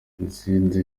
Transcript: jenoside